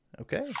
Okay